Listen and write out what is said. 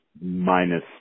minus